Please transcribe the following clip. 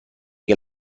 che